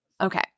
okay